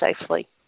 safely